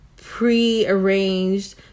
pre-arranged